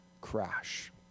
crash